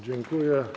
Dziękuję.